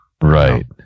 Right